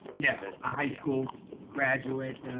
yeah, a high schools graduate.